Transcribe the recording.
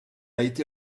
été